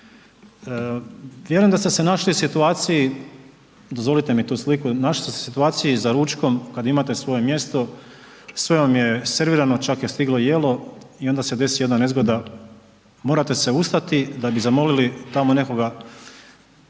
Vjerujem da ste se našli u situaciji, dozvolite mi tu sliku, našli se u situaciji za ručkom kad imate svoje mjesto, sve vam je servirano, čak je stiglo jelo i onda se desi jedna nezgoda morate se ustati da bi zamolili tamo nekoga